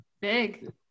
Big